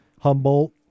humboldt